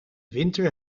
winter